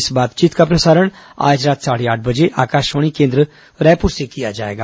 इस बातचीत का प्रसारण आज रात साढ़े आठ बजे आकाशवाणी केन्द्र रायपुर से किया जाएगा